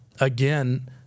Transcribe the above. again